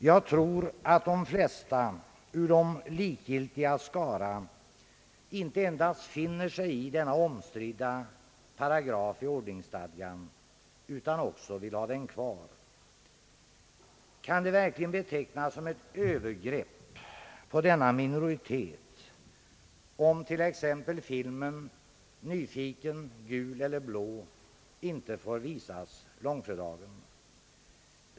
Jag tror att de flesta ur de likgiltigas skara inte endast finner sig i denna omstridda paragraf i ordningsstadgan utan också vill ha den kvar. Kan det verkligen betecknas såsom ett övergrepp på denna minoritet, om t.ex. på långfredagen?